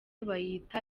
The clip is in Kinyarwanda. bayita